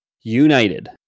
united